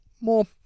more